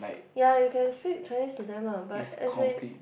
ya you can speak Chinese to them ah but as in